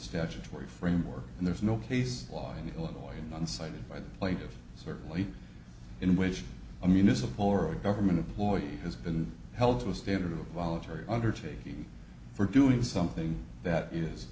statutory framework and there is no case law in illinois in one cited by the plaintiff certainly in which a municipal or a government employee has been held to a standard of voluntary undertaking for doing something that is